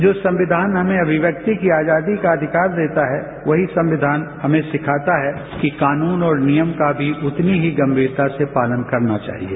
जो संविधान हमें अभिव्यक्ति की आजादी का अधिकार देता है वही संविधान हमें सिखाता है कि कानून और नियम का भी उतनी ही गंभीरता से पालन करना चाहिए